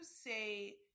say